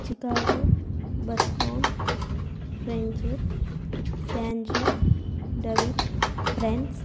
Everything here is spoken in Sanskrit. चिकागो बस्टाङ् फ़्रेञ्च् स्याञ्च् डबिट् फ़्रान्स्